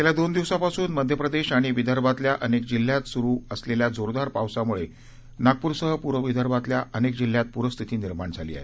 गेल्या दोन दिवसापासून मध्य प्रदेश आणि विदर्भातल्या अनेक जिल्ह्यात सुरु असलेल्या जोरदार पावसामुळे नागपूरसह पूर्व विदर्भातल्या अनेक जिल्ह्यात पूरस्थिती निर्माण झाली आहे